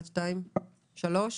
שלושה.